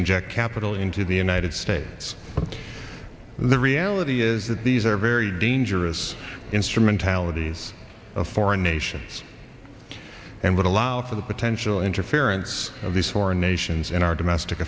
inject capital into the united states but the reality is that these are very dangerous instrumentalities of foreign nations and would allow for the potential interference of these foreign nations in our domestic